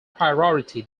priority